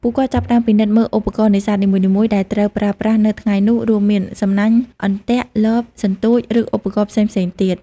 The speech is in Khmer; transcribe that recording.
ពួកគាត់ចាប់ផ្តើមពិនិត្យមើលឧបករណ៍នេសាទនីមួយៗដែលត្រូវប្រើប្រាស់នៅថ្ងៃនោះ រួមមាន សំណាញ់ អន្ទាក់ លប សន្ទូច ឬឧបករណ៍ផ្សេងៗទៀត។